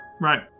right